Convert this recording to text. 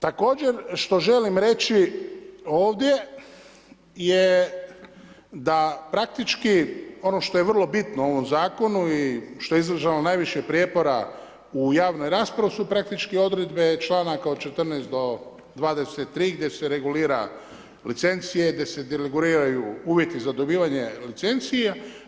Također što želim reći ovdje je da praktički ono što je vrlo bitno u ovom zakonu i što je izazvalo najviše prijepora u javnoj raspravi su praktički odredbe članaka od 14. do 23. gdje se reguliraju licencije, gdje se reguliraju uvjeti za dobivanje licencija.